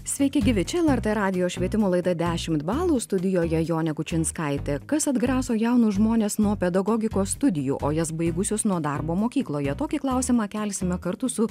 sveiki gyvi čia lrt radijo švietimo laida dešimt balų studijoje jonė kučinskaitė kas atgraso jaunus žmones nuo pedagogikos studijų o jas baigusius nuo darbo mokykloje tokį klausimą kelsime kartu su